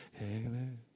Amen